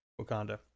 Wakanda